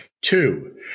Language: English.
Two